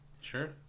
Sure